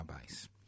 base